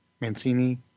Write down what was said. Mancini